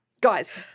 Guys